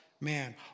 man